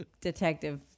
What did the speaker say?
detective